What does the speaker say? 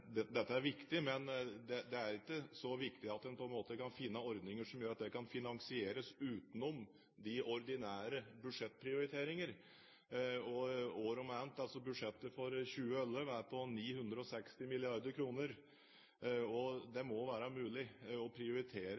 at dette er viktig, men det er ikke så viktig at en kan finne ordninger som gjør at det kan finansieres utenom de ordinære budsjettprioriteringer. Budsjettet for 2011 er på 960 mrd. kr, og det må være mulig å prioritere